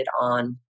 on